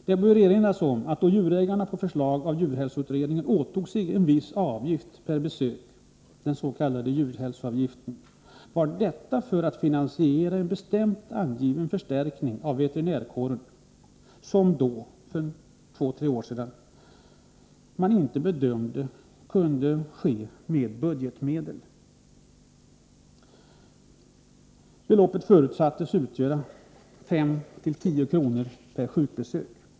Det bör erinras om att då djurägarna på förslag av djurhälsoutredningen gick med på en viss avgift per besök, den s.k. djurhälsoavgiften, var detta för att finansiera en bestämt angiven förstärkning av veterinärkåren som man då, för två tre år sedan, bedömde inte kunde finansieras med budgetmedel. Beloppet förutsattes utgöra 5-10 kr. per sjukbesök.